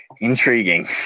Intriguing